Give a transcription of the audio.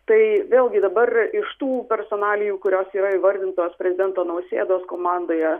tai vėlgi dabar iš tų personalijų kurios yra įvardintos prezidento nausėdos komandoje